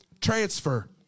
Transfer